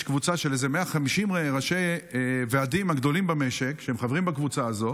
יש קבוצה של 150 ראשי ועדים גדולים במשק שהם חברים בקבוצה הזאת.